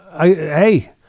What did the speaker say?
hey